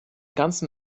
ganzen